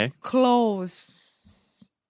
close